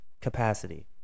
capacity